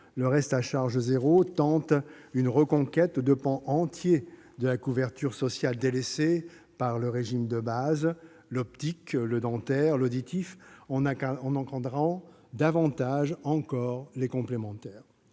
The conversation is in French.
le reste à charge zéro, on tente une reconquête de pans entiers de la couverture sociale, délaissés par le régime de base : l'optique, le dentaire, l'auditif, en encadrant davantage encore les complémentaires.